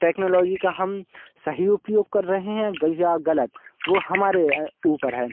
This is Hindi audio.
टेक्नोलॉजी का हम सही उपयोग कर रहे हैं ग या गलत वो हमारे ऊपर है